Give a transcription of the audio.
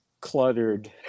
cluttered